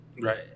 Right